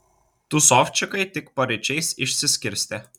tūsovčikai tik paryčiais išsiskirstė